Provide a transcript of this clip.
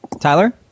tyler